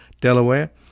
Delaware